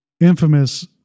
infamous